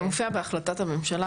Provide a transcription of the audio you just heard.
זה מופיע בהחלטת הממשלה.